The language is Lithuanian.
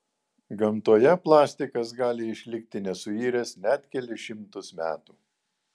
gamtoje plastikas gali išlikti nesuiręs net kelis šimtus metų